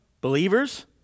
believers